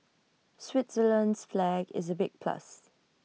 Switzerland's flag is A big plus